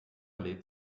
lädt